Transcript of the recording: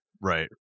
Right